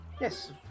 Yes